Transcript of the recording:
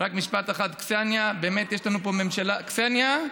רק משפט אחד, קסניה: באמת יש לנו פה ממשלה, קסניה,